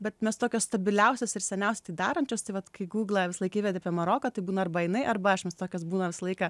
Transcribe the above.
bet mes tokios stabiliausios ir seniausiai tai darančios tai vat kai google visalaik įvedi apie maroką tai būna arba jinai arba aš mes tokios būna visą laiką